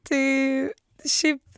tai šiaip